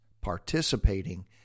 participating